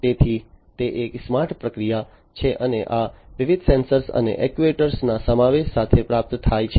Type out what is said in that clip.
તેથી તે એક સ્માર્ટપ્રક્રિયા છે અને આ વિવિધ સેન્સર્સ અને એક્ટ્યુએટરના સમાવેશ સાથે પ્રાપ્ત થાય છે